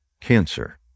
cancer